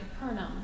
Capernaum